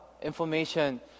information